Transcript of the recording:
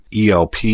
ELP